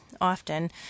often